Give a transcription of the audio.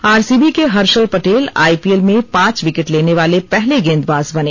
RCB के Harshal Patel IPL में पांच विकेट लेने वाले पहले गेंदबाज बने